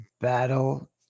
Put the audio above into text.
battle